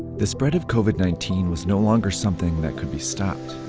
the spread of covid nineteen was no longer something that could be stopped.